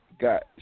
got